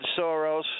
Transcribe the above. Soros